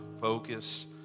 focus